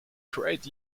great